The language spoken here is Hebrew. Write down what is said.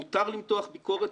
מותר למתוח ביקורת,